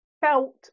felt